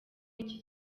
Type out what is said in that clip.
iki